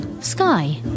sky